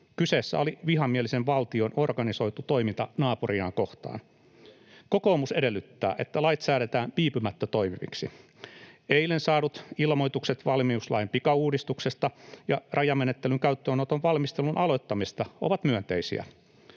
Kyseessä oli vihamielisen valtion organisoitu toiminta naapuriaan kohtaan. Kokoomus edellyttää, että lait säädetään viipymättä toimiviksi. Eilen saadut ilmoitukset valmiuslain pikauudistuksesta ja rajamenettelyn käyttöönoton valmistelun aloittamisesta ovat myönteisiä.